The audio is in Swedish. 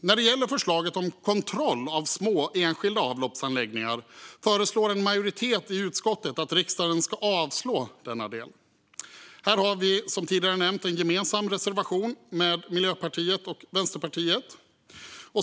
När det gäller förslaget om kontroll av små enskilda avloppsanläggningar föreslår en majoritet i utskottet att riksdagen ska avslå denna del. Här har vi, som tidigare nämnts, en gemensam reservation tillsammans med Miljöpartiet och Vänsterpartiet.